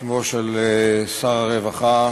בשמו של שר הרווחה,